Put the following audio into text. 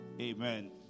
Amen